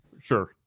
sure